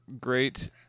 great